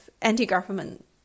anti-government